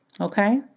Okay